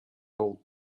hold